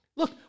Look